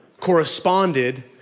corresponded